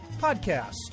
podcast